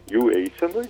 jų eisenoj